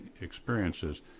experiences